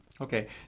Okay